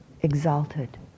exalted